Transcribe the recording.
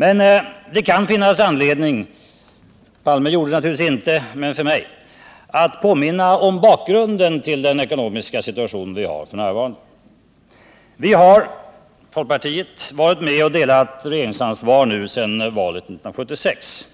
Men det kan finnas anledning för mig att påminna om bakgrunden till den ekonomiska situation vi har f.n. — Olof Palme gjorde det naturligtvis inte. Folkpartiet har varit med och delat regeringsansvaret sedan valet 1976.